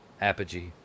Apogee